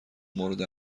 مورد